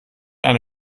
eine